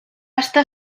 estar